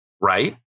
Right